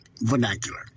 vernacular